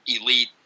elite